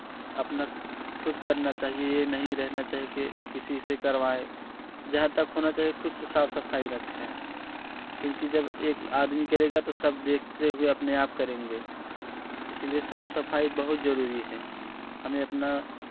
अपना खुद करना चाहिए ये नहीं रहना चाहिए कि किसी से करवाएँ जहाँ तक होना चाहिए खुद से साफ सफाई रखें क्योंकि जब एक आदमी करेगा तो सब देखते हुए अपने आप करेंगे इसीलिए साफ सफाई बहुत जरूरी है हमें अपना